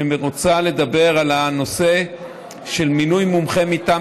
שרוצה לדבר על הנושא של מינוי מומחה מטעם